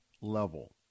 level